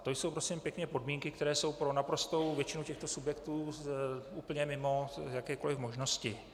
A to jsou, prosím pěkně, podmínky, které jsou pro naprostou většinu těchto subjektů úplně mimo jakékoli možnosti.